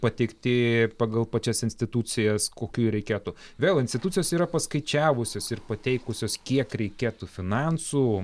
pateikti pagal pačias institucijas kokių jų reikėtų vėl institucijos yra paskaičiavusios ir pateikusios kiek reikėtų finansų